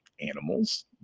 animals